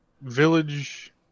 Village